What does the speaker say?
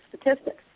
statistics